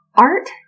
Art